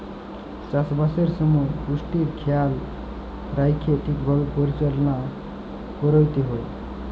চাষবাসের সময় পুষ্টির খেয়াল রাইখ্যে ঠিকভাবে পরিচাললা ক্যইরতে হ্যয়